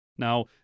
Now